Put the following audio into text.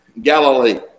Galilee